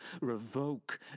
Revoke